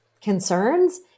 concerns